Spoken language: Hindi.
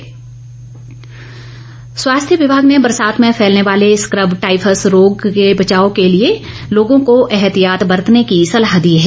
स्कब टायफस स्वास्थ्य विभाग ने बरसात में फैलने वाले स्कब टायफस रोग के बचाव के लिए लोगों को ऐहतियात बरतने की सलाह दी है